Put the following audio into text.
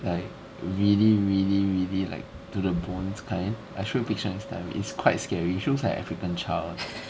like really really really like to the bones kind I show you picture next time it's quite scary she looks like african child